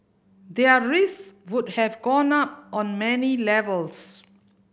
their risk would have gone up on many levels